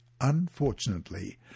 Unfortunately